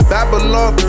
Babylon